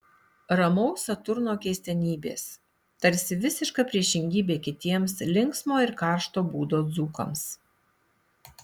ramaus saturno keistenybės tarsi visiška priešingybė kitiems linksmo ir karšto būdo dzūkams